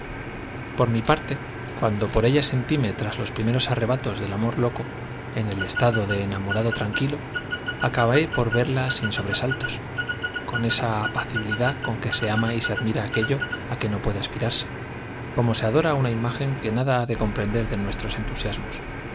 por mi parte cuando por ella sentíme tras los pri meros arrebatos del amor loco en el estado de ena morado tranquilo acabé por verla sin sobresaltos con esa apacibilidad con que se ama y se admira aquello á que no puede aspirarse como se adora una imagen que nada ha de comprender de nuestros entu